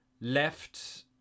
left